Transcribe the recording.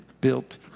built